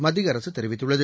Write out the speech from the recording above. மத்திய அரசு தெரிவித்துள்ளது